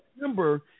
remember